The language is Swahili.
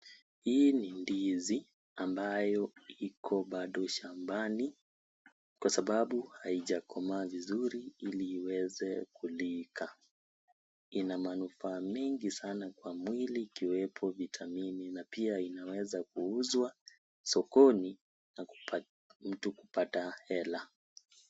Hii ni ndizi ambayo bado iko bado shambani kwa sababu haijakomaa vizuri ili iweze kulika. Ina manufaa mengi sana kwa mwili ikiwepo vitamini na pia inaweza kuuzwa sokoni na mtu kupata hela.